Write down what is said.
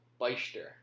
Beister